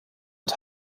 und